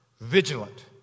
vigilant